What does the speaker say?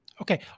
Okay